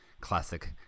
classic